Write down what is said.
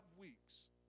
weeks